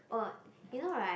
oh you know right